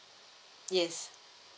yes